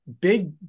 big